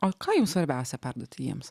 o ką jums svarbiausia perduoti jiems